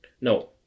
no